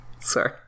Sorry